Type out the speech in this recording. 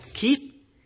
keep